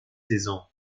saison